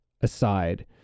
aside